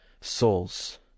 souls